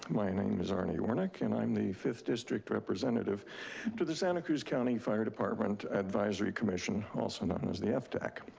my name is ernie warnick, and i'm the fifth district representative to the santa cruz county fire department advisory commission, also known as the fdac.